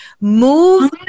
move